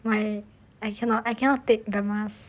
why I cannot I cannot take the mask